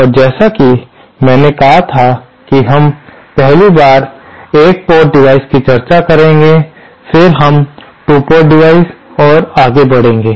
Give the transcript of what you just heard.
और जैसा कि मैंने कहा था कि हम पहली बार एक पोर्ट डिवाइस पर चर्चा करेंगे फिर हम 2 पोर्ट डिवाइस और आगे बढ़ेंगे